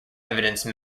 evidence